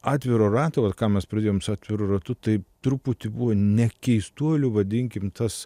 atviro rato vat ką mes pradėjom su atviru ratu tai truputį buvo ne keistuolių vadinkim tas